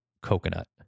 coconut